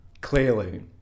clearly